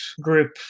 group